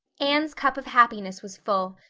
anne's cup of happiness was full,